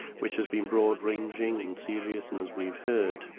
which has been broad-ranging, and serious and, as we've heard,